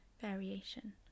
variation